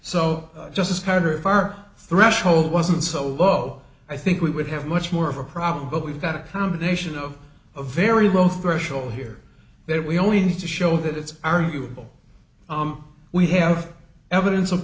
so just kind of our threshold wasn't so low i think we would have much more of a problem but we've got a combination of a very low threshold here that we only need to show that it's arguable we have evidence of